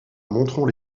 montrond